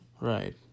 Right